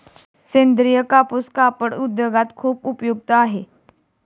सेंद्रीय कापूस कापड उद्योगात खूप उपयुक्त आहे